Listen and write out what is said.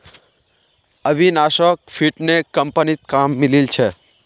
अविनाशोक फिनटेक कंपनीत काम मिलील छ